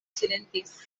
silentis